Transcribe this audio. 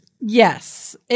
yes